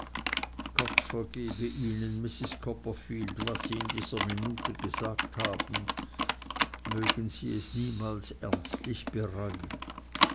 gott vergebe ihnen mrs copperfield was sie in dieser minute gesagt haben mögen sie es niemals ernstlich bereuen